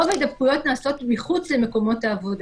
רוב ההידבקויות נעשות מחוץ למקומות העבודה.